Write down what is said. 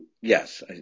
yes